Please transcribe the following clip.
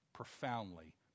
Profoundly